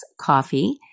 Coffee